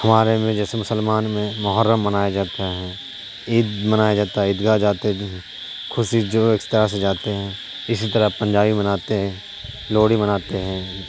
ہمارے میں جیسے مسلمان میں محرم منایا جاتا ہے عید منایا جاتا ہے عیدگاہ جاتے خوشی جو ہے اس طرح سے جاتے ہیں اسی طرح پنجابی مناتے ہیں لوہڑی مناتے ہیں